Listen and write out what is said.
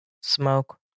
smoke